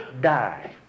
die